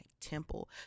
temple